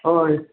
हय